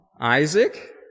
Isaac